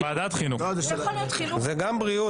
--- יותר לבריאות